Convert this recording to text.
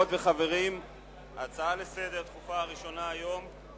חברות וחברים, הנושא הראשון היום: